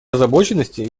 озабоченности